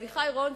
אביחי רונצקי,